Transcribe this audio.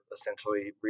essentially